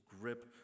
grip